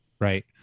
right